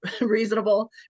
reasonable